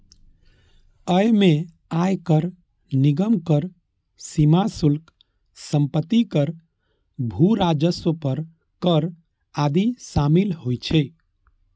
अय मे आयकर, निगम कर, सीमा शुल्क, संपत्ति कर, भू राजस्व पर कर आदि शामिल होइ छै